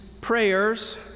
prayers